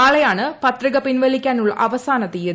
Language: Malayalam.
നാളെയാണ് പത്രിക പിൻവലിക്കാനുള്ള അവസാനതീയതി